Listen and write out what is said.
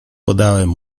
podałem